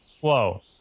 Whoa